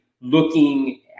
looking